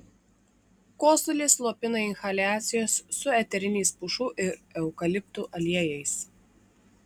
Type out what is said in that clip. kosulį slopina inhaliacijos su eteriniais pušų ir eukaliptų aliejais